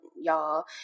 y'all